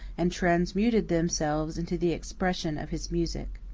and transmuted themselves into the expression of his music.